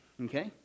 Okay